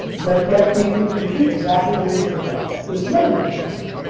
but, yet, we can compute exactly where he's gonna go, with some other magic numbers.